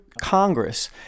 Congress